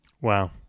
wow